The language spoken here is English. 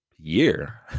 Year